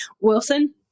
Wilson